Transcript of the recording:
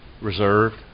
reserved